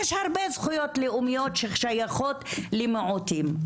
יש הרבה זכויות לאומיות ששייכות למיעוטים.